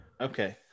Okay